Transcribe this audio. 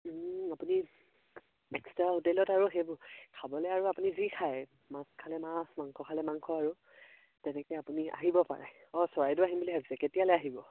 আপুনি হোটেলত আৰু সেইবোৰ খাবলে আৰু আপুনি যি খায় মাছ খালে মাছ মাংস খালে মাংস আৰু তেনেকে আপুনি আহিব পাৰে অঁ চৰাইদেউ আহিম বুলি ভাবিছে কেতিয়ালে আহিব